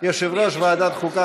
יושב-ראש ועדת החוקה,